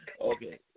Okay